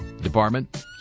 department